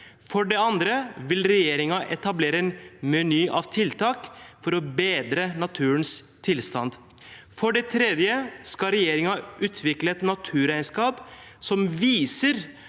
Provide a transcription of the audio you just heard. For det andre vil regjeringen etablere en meny av tiltak for å bedre naturens tilstand. For det tredje skal regjeringen utvikle et naturregnskap som viser